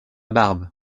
barbe